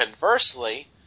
conversely